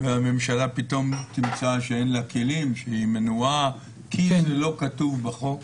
והממשלה פתאום תמצא שאין לה כלים והיא מנועה כי זה לא כתוב בחוק.